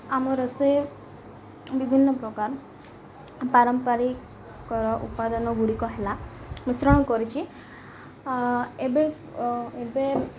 ଆମ ରୋଷେଇ ବିଭିନ୍ନପ୍ରକାର ପାରମ୍ପାରିକର ଉପାଦାନଗୁଡ଼ିକ ହେଲା ମିଶ୍ରଣ କରିଛି ଏବେ ଏବେ